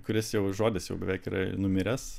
kuris jau žodis jau beveik yra numiręs